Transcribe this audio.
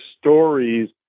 stories